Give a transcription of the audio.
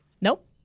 Nope